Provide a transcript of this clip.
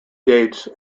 dates